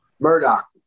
Murdoch